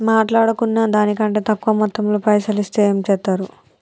మాట్లాడుకున్న దాని కంటే తక్కువ మొత్తంలో పైసలు ఇస్తే ఏం చేత్తరు?